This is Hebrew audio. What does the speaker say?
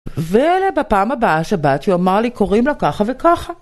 ואלה בפעם הבאה שבאת אומר לי קוראים לה ככה וככה